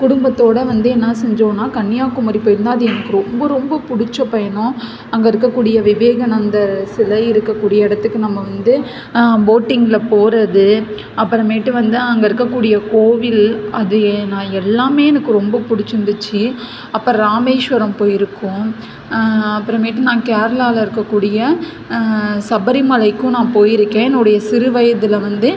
குடும்பத்தோட வந்து என்ன செஞ்சோம்னா கன்னியாகுமரி போயிருந்தோம் அது எனக்கு ரொம்ப ரொம்ப பிடிச்ச பயணம் அங்க இருக்கக்கூடிய விவேகானந்தர் சிலை இருக்கக்கூடிய இடத்துக்கு நம்ம வந்து போட்டிங்ல போகிறது அப்புறமேட்டு வந்து அங்கே இருக்கக்கூடிய கோவில் அது எ நான் எல்லாமே எனக்கு ரொம்ப பிடிச்சிருந்துச்சி அப்புறம் ராமேஸ்வரம் போயிருக்கோம் அப்பறமேட்டு நான் கேரளாவில இருக்கக்கூடிய சபரிமலைக்கும் நான் போயிருக்கேன் என்னோடய சிறுவயதில் வந்து